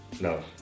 No